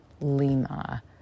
Lima